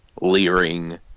Leering